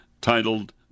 titled